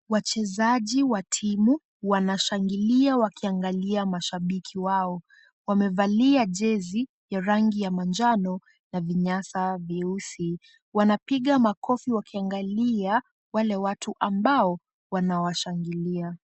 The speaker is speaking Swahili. Wachezaji wa timu wanashangilia wakiangalia mashabiki wao. Wamevalia jezi ya rangi ya manjano na vinyasa vyeusi. Wanapiga makofi wakiangalia wale watu ambao wanawashangilia.